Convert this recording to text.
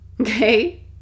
okay